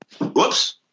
whoops